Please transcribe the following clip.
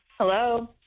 hello